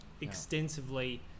extensively